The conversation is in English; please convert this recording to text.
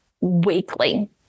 weekly